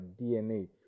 DNA